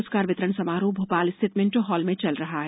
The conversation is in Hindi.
पुरस्कार वितरण समारोह भोपाल स्थित मिंटो हॉल में चल रहा है